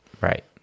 Right